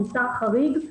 ממצא חריג,